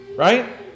Right